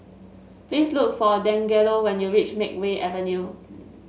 please look for Dangelo when you reach Makeway Avenue